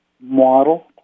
model